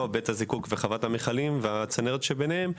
בית הזיקוק וחוות המכלים והצנרת שביניהם,